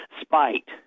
spite